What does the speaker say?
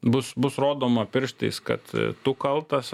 bus bus rodoma pirštais kad tu kaltas